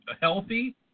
healthy